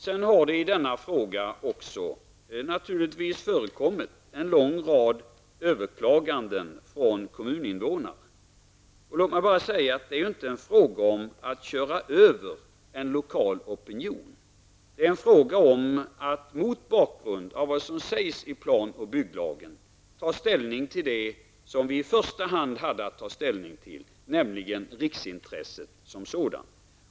Det har i denna fråga också förekommit en lång rad överklaganden från kommuninnevånare. Låt mig bara säga att det inte är fråga om att köra över en lokal opinion. Det är fråga om att mot bakgrund av vad som sägs i plan och bygglagen bedöma det som vi hade att i första hand ta ställning till, nämligen riksintresset som sådant.